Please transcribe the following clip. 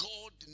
God